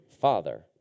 father